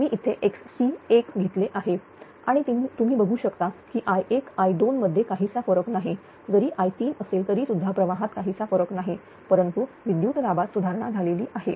मी इथे xC3 घेतले आहे आणि तुम्ही बघू शकता की i1 i2मध्ये काहीसा फरक नाही जरी i3 असेल तरीसुद्धा प्रवाहात काहीसा फरक नाही परंतु विद्युत दाबात सुधारणा झालेली आहे